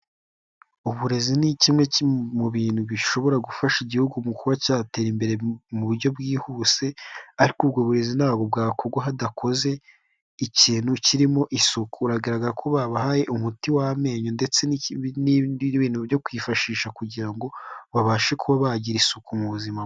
Uburezi ni kimwe mu bintu bishobora gufasha Igihugu mu kuba cyatera imbere mu buryo bwihuse ariko ubwo burezi ntabwo bwakorwa hadakoze ikintu kirimo isuku, uragaragara ko babahaye umuti w'amenyo ndetse n'ibindi bintu byo kwifashisha kugira ngo, babashe kuba bagira isuku mu buzima.